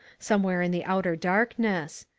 somewhere in the outer darkness.